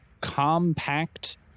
compact